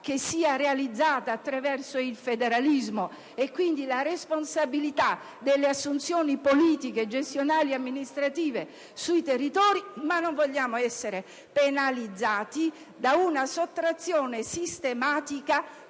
sia realizzata attraverso il federalismo, e quindi la responsabilità delle assunzioni politiche, gestionali e amministrative sui territori, ma non vogliamo essere penalizzati da una sottrazione sistematica